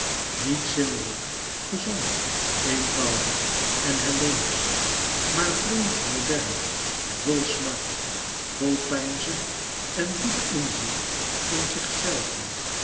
niet zinnelijk gezond eenvoudig en helleensch maar vreemd modern vol smart vol peinzen en diep inzien in zichzelven